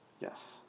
Yes